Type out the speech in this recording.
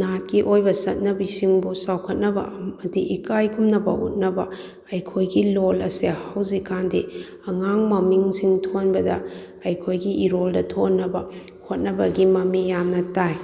ꯅꯥꯠꯀꯤ ꯑꯣꯏꯕ ꯆꯠꯅꯕꯤꯁꯤꯡꯕꯨ ꯆꯥꯎꯈꯠꯅꯕ ꯑꯃꯗꯤ ꯏꯀꯥꯏ ꯈꯨꯝꯅꯕ ꯎꯠꯅꯕ ꯑꯩꯈꯣꯏꯒꯤ ꯂꯣꯟ ꯑꯁꯦ ꯍꯧꯖꯤꯛꯀꯥꯟꯗꯤ ꯑꯉꯥꯡ ꯃꯃꯤꯡꯁꯤꯡ ꯊꯣꯟꯕꯗ ꯑꯩꯈꯣꯏꯒꯤ ꯏꯔꯣꯜꯗ ꯊꯣꯟꯅꯕ ꯍꯣꯠꯅꯕꯒꯤ ꯃꯃꯤ ꯌꯥꯝꯅ ꯇꯥꯏ